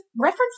reference